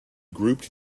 grouped